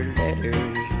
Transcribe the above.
letters